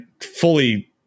fully